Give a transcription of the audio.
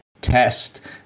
test